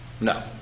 No